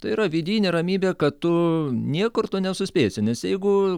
tai yra vidinė ramybė kad tu niekur tu nesuspėsi nes jeigu